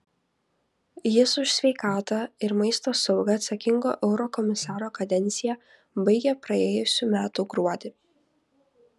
jis už sveikatą ir maisto saugą atsakingo eurokomisaro kadenciją baigė praėjusių metų gruodį